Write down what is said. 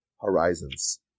horizons